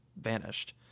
vanished